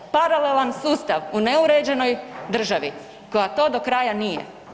Paralelan sustav u neuređenoj državi koja to do kraja nije.